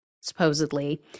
supposedly